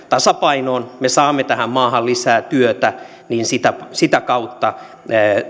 tasapainoon me saamme tähän maahan lisää työtä niin sitä sitä kautta